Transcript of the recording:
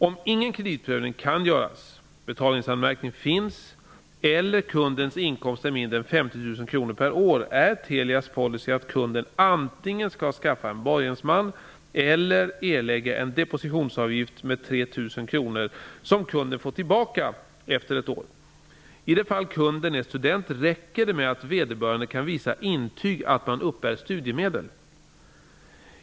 Om ingen kreditprövning kan göras, om betalningsanmärkning finns eller om kundens inkomst är mindre än 50 000 kronor per år, är Telias policy att kunden antingen skall skaffa en borgensman eller erlägga en depositionsavgift med de fall kunden är student räcker det med att vederbörande kan visa intyg att man uppbär studiemedel.